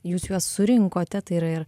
jūs juos surinkote tai yra ir